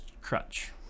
crutch